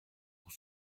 pour